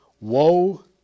Woe